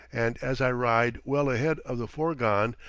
and as i ride well ahead of the fourgon,